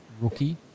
rookie